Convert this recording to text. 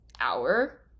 hour